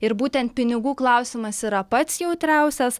ir būtent pinigų klausimas yra pats jautriausias